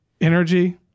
energy